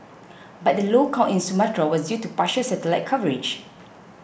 but the low count in Sumatra was due to partial satellite coverage